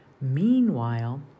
Meanwhile